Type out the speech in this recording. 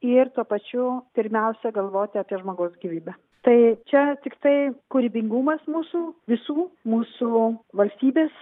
ir tuo pačiu pirmiausia galvoti apie žmogaus gyvybę tai čia tiktai kūrybingumas mūsų visų mūsų valstybės